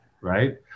right